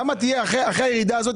אחרי הירידה הזאת